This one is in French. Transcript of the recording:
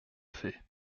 fait